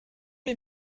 les